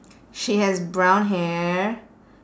she has brown hair